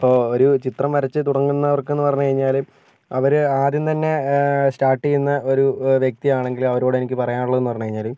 ഇപ്പോൾ ഒരു ചിത്രം വരച്ചു തുടങ്ങുന്നവർക്കെന്ന് പറഞ്ഞു കഴിഞ്ഞാൽ അവർ ആദ്യം തന്നെ സ്റ്റാർട്ട് ചെയ്യുന്ന ഒരു വ്യക്തിയാണെങ്കിൽ അവരോട് എനിക്ക് പറയാനുള്ളതെന്ന് പറഞ്ഞ് കഴിഞ്ഞാൽ